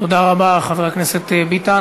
תודה רבה, חבר הכנסת ביטן.